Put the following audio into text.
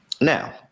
Now